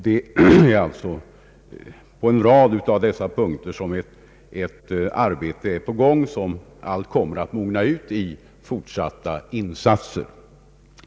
Det arbetas alltså på en rad områden, och allt detta kommer att mogna ut till fortsatta insatser.